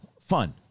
fun